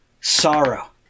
sorrow